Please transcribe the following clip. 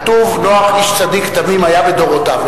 כתוב: נח איש צדיק תמים היה בדורותיו.